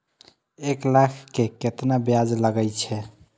एक लाख के केतना ब्याज लगे छै?